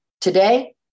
today